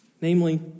Namely